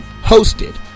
Hosted